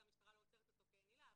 כרגע המשטרה לא עוצרת אותו כי אין עילה,